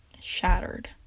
shattered